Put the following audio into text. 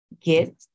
get